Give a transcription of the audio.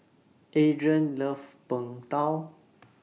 Adrain loves Png Tao